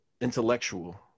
intellectual